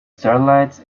starlight